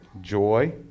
joy